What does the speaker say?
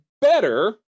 better